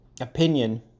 opinion